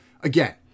Again